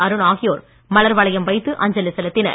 அருண் ஆகியோர் மலர் வளையம் வைத்து அஞ்சலி செலுத்தினர்